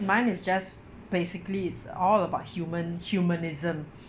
mine is just basically it's all about human humanism